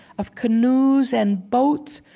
of canoes and boats,